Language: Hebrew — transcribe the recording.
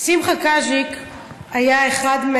שמחה קאז'יק היה אחד,